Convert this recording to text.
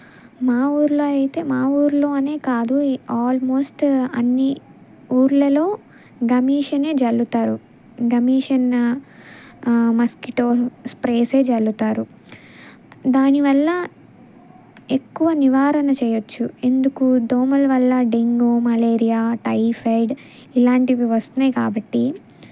మా ఊర్లో అయితే మా ఊర్లోనే కాదు ఆల్మోస్ట్ అన్ని ఊర్లలో గమాగ్జినే జల్లుతారు గమాగ్జిన్ మస్కిటో స్ప్రేసే జల్లుతారు దానివల్ల ఎక్కువ నివారణ చేయొచ్చు ఎందుకు దోమల వల్ల డెంగ్యూ మలేరియా టైఫాయిడ్ ఇలాంటివి వస్తున్నాయి కాబట్టి